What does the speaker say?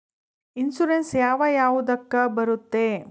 Insurance ಯಾವ ಯಾವುದಕ್ಕ ಬರುತ್ತೆ?